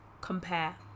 compare